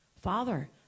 Father